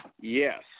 yes